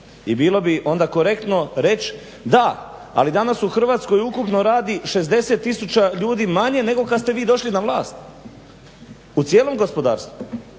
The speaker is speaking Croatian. i bilo bi onda korektno da, ali danas u Hrvatskoj ukupno radi 60 tisuća ljudi manje nego kad ste vi došli na vlast u cijelom gospodarstvu.